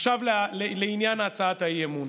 עכשיו לעניין הצעת האי-אמון: